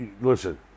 listen